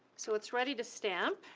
so it's ready to stamp.